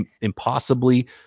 impossibly